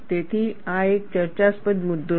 તેથી આ એક ચર્ચાસ્પદ મુદ્દો છે